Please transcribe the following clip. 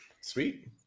Sweet